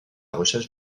recherche